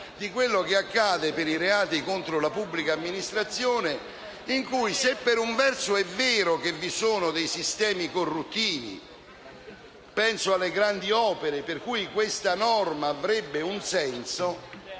di quello che accade per i reati contro la pubblica amministrazione, in cui se per un verso è vero che vi sono dei sistemi corruttivi (penso alle grandi opere, per cui questa norma avrebbe un senso),